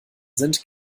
sind